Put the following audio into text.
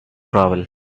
travel